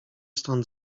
stąd